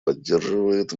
поддерживает